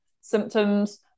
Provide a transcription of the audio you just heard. symptoms